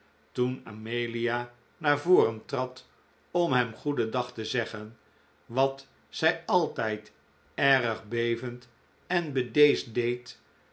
toen amelia naar voren trad om hem goeden dag te zeggen wat zij altijd erg bevend en bedeesd deed